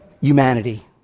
humanity